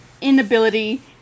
inability